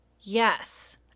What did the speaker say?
Yes